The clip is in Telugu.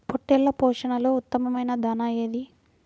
పొట్టెళ్ల పోషణలో ఉత్తమమైన దాణా ఏది?